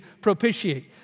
propitiate